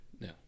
No